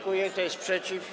Kto jest przeciw?